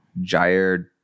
Jair